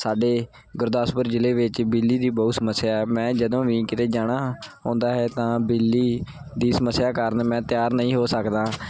ਸਾਡੇ ਗੁਰਦਾਸਪੁਰ ਜ਼ਿਲ੍ਹੇ ਵਿੱਚ ਬਿਜਲੀ ਦੀ ਬਹੁਤ ਸਮੱਸਿਆ ਹੈ ਮੈਂ ਜਦੋਂ ਵੀ ਕਿਤੇ ਜਾਣਾ ਹੁੰਦਾ ਹੈ ਤਾਂ ਬਿਜਲੀ ਦੀ ਸਮੱਸਿਆ ਕਾਰਨ ਮੈਂ ਤਿਆਰ ਨਹੀਂ ਹੋ ਸਕਦਾ